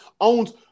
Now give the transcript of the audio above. owns